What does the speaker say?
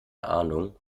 ahnung